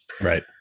Right